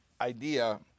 idea